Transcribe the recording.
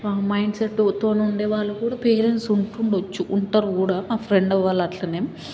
mind set తోని ఉండేవాళ్ళు కూడా పేరెంట్స్ ఉంటుండొచ్చు ఉంటారు కూడా మా ఫ్రెండ్ వాళ్ళు అట్లనే